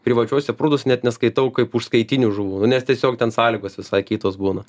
privačiuose prūduose net neskaitau kaip užskaitinių žuvų nu nes tiesiog ten sąlygos visai kitos būna